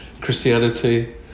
Christianity